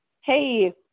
Hey